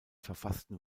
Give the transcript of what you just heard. verfassten